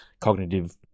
cognitive